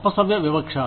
అపసవ్య వివక్ష